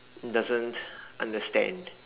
doesn't understand